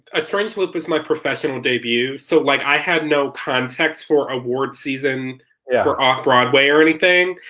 a strange loop is my professional debut so like i had no context for awards season yeah for off-broadway or anything,